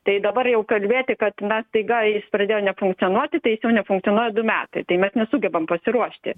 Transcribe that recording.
tai dabar jau kalbėti kad na staiga jis pradėjo nefunkcionuoti tai jis jau nefunkcionuoja du metai tai mes nesugebam pasiruošti